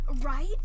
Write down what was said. Right